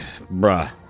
Bruh